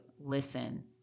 listen